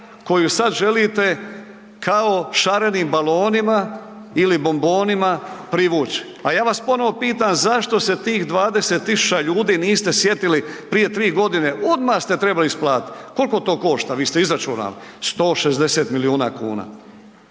koju sad želite kao šarenim balonima ili bombonima privući. A ja vas ponovo pitam zašto se tih 20 000 ljudi niste sjetili prije 3.g., odmah ste trebali isplatiti. Koliko to košta? Vi ste izračunali, 160 milijuna kuna.